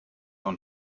und